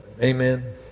Amen